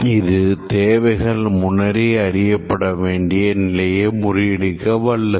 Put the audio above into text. இது தேவைகள் முன்னரே அறியப்பட வேண்டிய நிலையை முறியடிக்கவல்லது